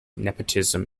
nepotism